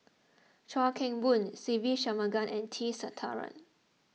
Chuan Keng Boon Se Ve Shanmugam and T Sasitharan